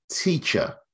teacher